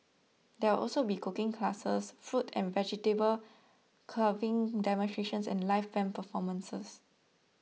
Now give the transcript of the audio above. there will also be cooking classes fruit and vegetable carving demonstrations and live band performances